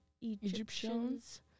Egyptians